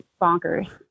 bonkers